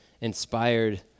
inspired